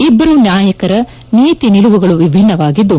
ಅಭ್ಲರು ನಾಯಕರ ನೀತಿ ನಿಲುವುಗಳು ವಿಭಿನ್ನವಾಗಿದ್ದು